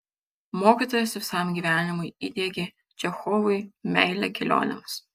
mokytojas visam gyvenimui įdiegė čechovui meilę kelionėms